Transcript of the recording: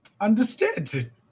Understood